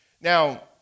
Now